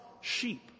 sheep